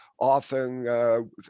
often